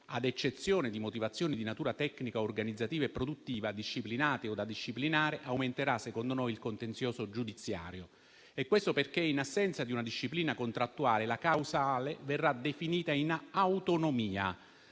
ad eccezione di motivazioni di natura tecnica, organizzativa e produttiva, disciplinate o da disciplinare, aumenterà secondo noi il contenzioso giudiziario e questo perché in assenza di una disciplina contrattuale la causale verrà definita in autonomia